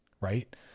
right